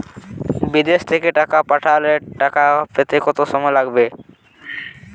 বিদেশ থেকে টাকা পাঠালে টাকা পেতে কদিন সময় লাগবে?